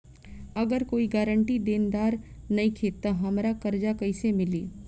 अगर कोई गारंटी देनदार नईखे त हमरा कर्जा कैसे मिली?